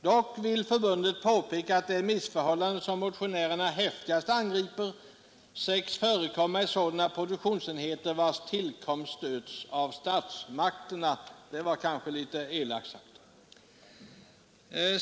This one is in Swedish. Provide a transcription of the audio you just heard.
Dock vill förbundet påpeka att de missförhållanden som motionärerna häftigast angriper sägs förekomma i sådana produktionsenheter vars tillkomst stöds av statsmakterna.” Det var kanske litet elakt sagt.